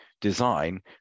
design